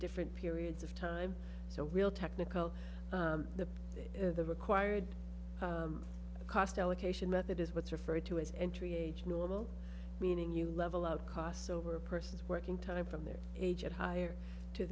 different periods of time so real technical the the required cost allocation method is what's referred to as entry age normal meaning you level out costs over a person's working time from their age at higher to